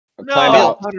No